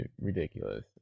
ridiculous